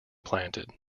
planted